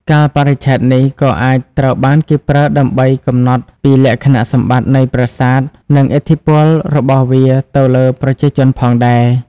កាលបរិច្ឆេទនេះក៏អាចត្រូវបានគេប្រើដើម្បីកំណត់ពីលក្ខណៈសម្បត្តិនៃប្រាសាទនិងឥទ្ធិពលរបស់វាទៅលើប្រជាជនផងដែរ។